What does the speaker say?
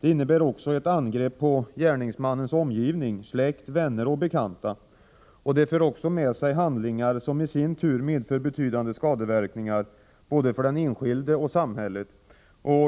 Det innebär också ett angrepp på gärningsmannens omgivning -— släkt, vänner och bekanta. Det för också med sig handlingar som i sin tur medför betydande skadeverkningar både för den enskilda och för samhället.